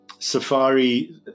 safari